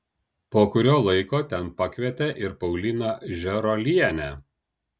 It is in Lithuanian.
po kurio laiko ten pakvietė ir pauliną žėruolienę